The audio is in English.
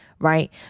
Right